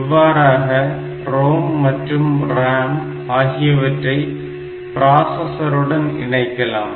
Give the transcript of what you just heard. இவ்வாறாக ROM மட்டும் RAM ஆகியவற்றை பிராசஸருடன் இணைக்கலாம்